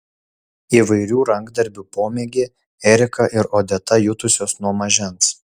įvairių rankdarbių pomėgį erika ir odeta jutusios nuo mažens